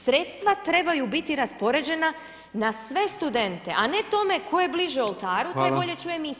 Sredstva trebaju biti raspoređena na sve studente a ne tome tko je bliže oltaru, taj bolje čuje misu.